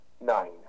Nine